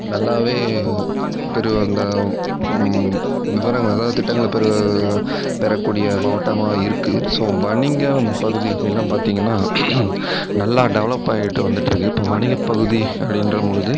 நல்லாவே விவரங்களை அதாவது திட்டங்களை பெரு பெற கூடிய மாவட்டமாக இருக்கு ஸோ வணிகம் பகுதி அப்படி எல்லாம் பார்த்திங்கன்னா நல்லா டெவலப்பாயிட்டு வந்துட்டு இருக்குது இப்போது வணிக பகுதி அப்படின்ற பொழுது